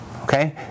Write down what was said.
okay